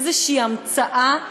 איזו המצאה,